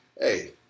hey